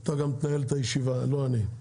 אתה גם תנהל את הישיבה, לא אני.